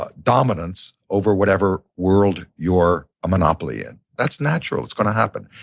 ah dominance over whatever world you're a monopoly in. that's natural. it's gonna happen.